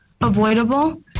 avoidable